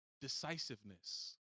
Decisiveness